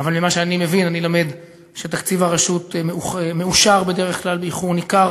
אבל ממה שאני מבין אני לומד שתקציב הרשות מאושר בדרך כלל באיחור ניכר,